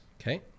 Okay